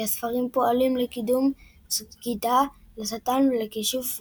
הספרים פועלים לקידום סגידה לשטן ולכישוף,